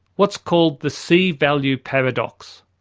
what's called the c-value paradox,